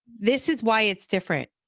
this is why it's different.